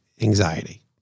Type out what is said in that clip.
anxiety